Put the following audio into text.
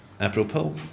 Apropos